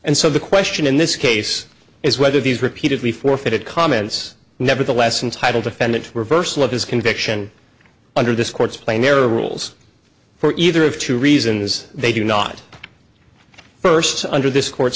and so the question in this case is whether these repeatedly forfeited comments nevertheless and title defendant reversal of his conviction under this court's plain there are rules for either of two reasons they do not first under this cour